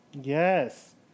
Yes